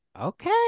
Okay